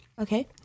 Okay